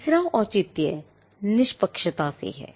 तीसरा औचित्य निष्पक्षता से है